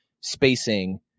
spacing